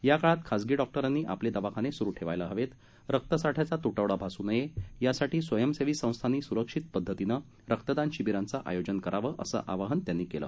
या काळात खासगी डॉक्टरांनी आपले दवाखाने सुरु ठेवला हवेत रक्तसाठ्याचा त्विडा भासू नये यासाठी स्वयंसेवी संस्थांनी सुरक्षित पद्धतीनं रक्तदान शिबीरांचं आयोजन करावं असं आवाहन त्यांनी केलं